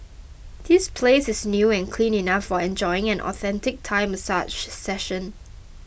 these place is new and clean enough for enjoying an authentic Thai massage session